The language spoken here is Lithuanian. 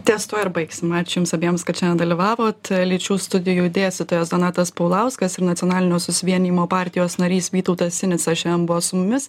ties tuo ir baigsim ačiū jums abiems kad šiandien dalyvavot lyčių studijų dėstytojas donatas paulauskas ir nacionalinio susivienijimo partijos narys vytautas sinica šiandien buvo su mumis